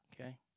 okay